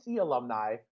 alumni